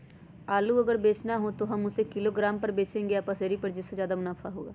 आलू अगर बेचना हो तो हम उससे किलोग्राम पर बचेंगे या पसेरी पर जिससे ज्यादा मुनाफा होगा?